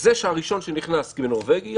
זה שהראשון שנכנס לנורבגי,